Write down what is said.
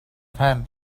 pen